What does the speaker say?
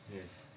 Yes